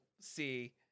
see